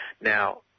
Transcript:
Now